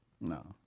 No